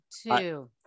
two